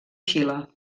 xile